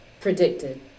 predicted